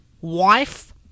wife